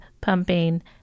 pumping